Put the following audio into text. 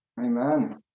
Amen